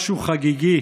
משהו חגיגי,